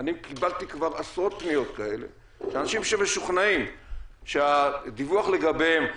קיבלתי כבר עשרות פניות כאלה של אנשים שמשוכנעים שהדיווח לגביהם,